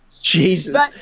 Jesus